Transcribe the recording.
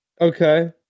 Okay